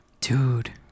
dude